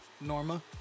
Norma